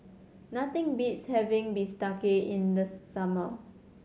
nothing beats having bistake in the summer